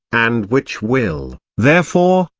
and which will, therefore,